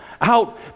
out